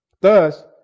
Thus